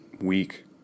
week